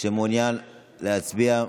שמעוניין להצביע?